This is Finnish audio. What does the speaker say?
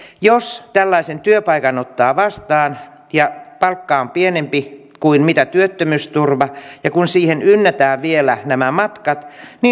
jos tällaisen työpaikan ottaa vastaan ja palkka on pienempi kuin työttömyysturva niin kun siihen ynnätään vielä nämä matkat